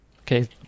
Okay